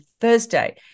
Thursday